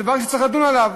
זה דבר שצריך לדון עליו,